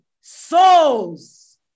souls